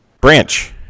Branch